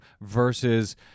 versus